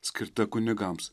skirta kunigams